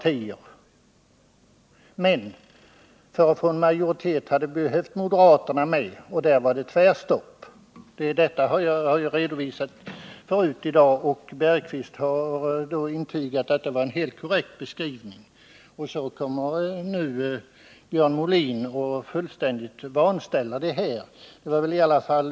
Men för att få majoritet hade vi behövt ha moderaterna med, och där var det tvärstopp. Detta har jag alltså redovisat förut i dag, och Holger Bergqvist har intygat att det var en helt korrekt beskrivning. Så kommer nu Björn Molin och fullständigt vanställer denna beskrivning.